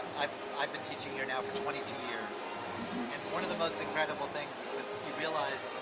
i've i've been teaching here now for twenty two years and one of the most incredible things is you realize,